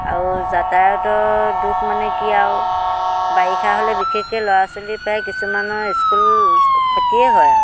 আৰু যাতায়তৰ দুখ মানে কি আৰু বাৰিষা হ'লে বিশেষকৈ ল'ৰা ছোৱালী প্ৰায় কিছুমানৰ স্কুল খতিয়ে হয় আৰু